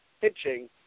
pitching